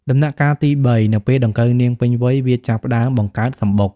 ដំណាក់កាលទី៣ នៅពេលដង្កូវនាងពេញវ័យ វាចាប់ផ្តើមបង្កើតសំបុក។